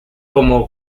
como